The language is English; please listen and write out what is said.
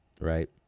right